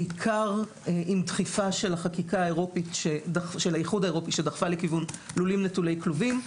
בעיקר עם דחיפה של האיחוד האירופי שדחפה לכיוון לולים נטולי כלובים,